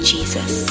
Jesus